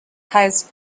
hires